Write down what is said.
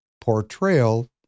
portrayal